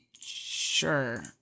Sure